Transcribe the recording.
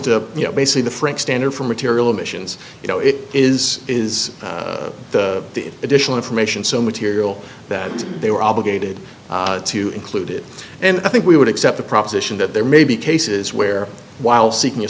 know basically the frank standard for material admissions you know it is is the additional information so material that they were obligated to include it and i think we would accept the proposition that there may be cases where while seeking a